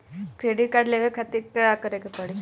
Credit card लेवे के खातिर का करेके पड़ेला?